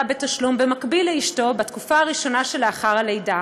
בתשלום במקביל לאשתו בתקופה הראשונה שלאחר הלידה.